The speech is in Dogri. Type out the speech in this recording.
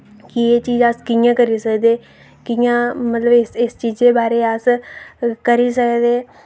कि एह् चीज अस कि'यां करी सकदे कि'यां मतलब इस इस चीजे बारे अस करी सकदे